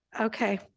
Okay